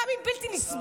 גם אם היא בלתי נסבלת,